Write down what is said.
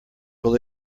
will